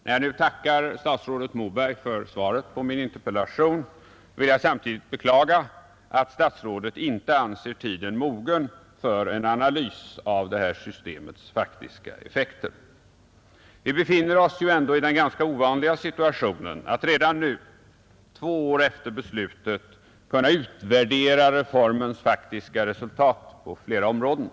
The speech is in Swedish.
När jag nu tackar statsrådet Moberg för svaret på min interpellation vill jag samtidigt beklaga, att statsrådet inte anser tiden mogen för en analys av detta systems effekter. Vi befinner oss ju ändå i den ganska ovanliga situationen att redan nu, två år efter beslutet, kunna utvärdera reformens faktiska resultat på flera områden.